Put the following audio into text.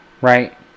Right